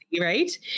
Right